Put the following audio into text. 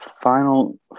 final